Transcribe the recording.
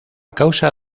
causa